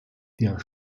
der